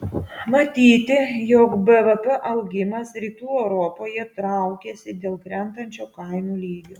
matyti jog bvp augimas rytų europoje traukiasi dėl krentančio kainų lygio